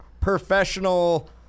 professional